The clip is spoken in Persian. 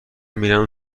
میرم